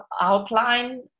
outline